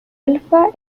alpha